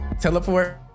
teleport—